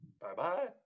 Bye-bye